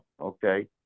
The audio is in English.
okay